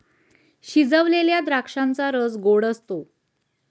शिजवलेल्या द्राक्षांचा रस गोड असतो